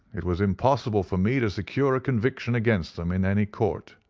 it was impossible for me to secure a conviction against them in any court.